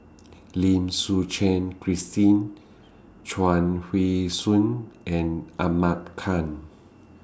Lim Suchen Christine Chuang Hui Tsuan and Ahmad Khan